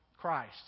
Christ